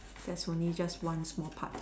that's only just one small part